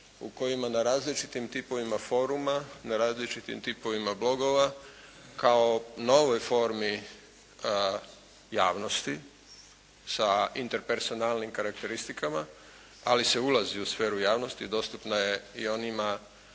u kojima na različitim tipovima foruma, na različitim tipovima blogova kao novoj formi javnosti sa interpersonalnim karakteristikama, ali se ulazi u sferu javnosti, dostupna je i onima